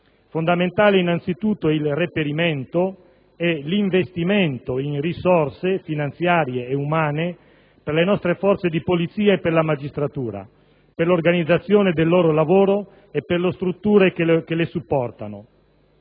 Fondamentale, innanzitutto, è il reperimento e l'investimento in risorse, finanziarie e umane, per le nostre forze di polizia e per la magistratura, per l'organizzazione del loro lavoro e per le strutture che le supportano.